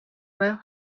were